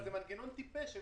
אבל זה מנגנון טיפש.